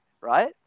right